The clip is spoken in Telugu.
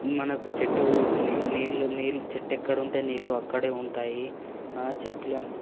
మనకు చెట్టు నీళ్లు నీళ్లు చెట్టు ఎక్కడ ఉంటే నీళ్లు అక్కడే ఉంటాయి చెట్లు